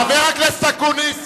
חבר הכנסת אקוניס.